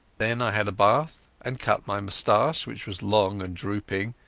then i had a bath, and cut my moustache, which was long and drooping,